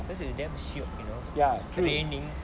because it's damn shiok you know it's raining